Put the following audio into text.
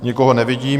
Nikoho nevidím.